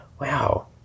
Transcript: wow